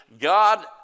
God